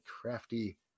crafty